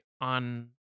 on